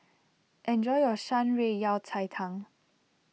enjoy your Shan Rui Yao Cai Tang